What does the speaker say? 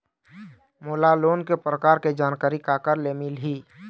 मोला लोन के प्रकार के जानकारी काकर ले मिल ही?